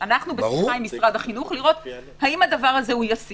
אנחנו בשפה עם משרד החינוך - האם זה ישים?